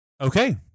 Okay